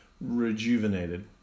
rejuvenated